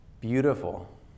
Beautiful